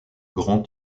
grand